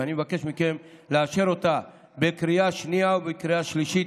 ואני מבקש מכם לאשר אותה בקריאה השנייה ובקריאה השלישית.